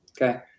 okay